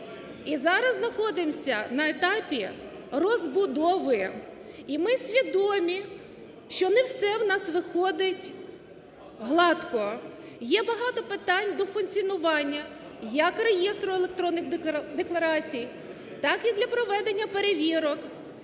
і зараз знаходимося на етапі розбудови, і ми свідомі, що не все у нас виходить гладко. Є багато питань до функціонування, як реєстру електронних декларацій так і для проведення перевірок,